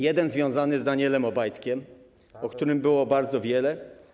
Jeden związany z Danielem Obajtkiem, o którym było mówione bardzo wiele.